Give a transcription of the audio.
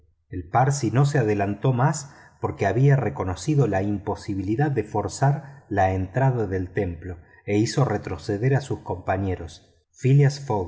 el parsi no se adelantó más porque había reconocido la imposibilidad de forzar la entrada del templo e hizo retroceder a sus compañeros phileas